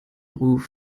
ruf